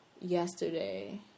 yesterday